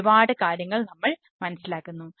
ഒരുപാട് കാര്യങ്ങൾ നമ്മൾ മനസ്സിലാക്കുന്നു